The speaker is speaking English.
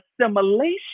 assimilation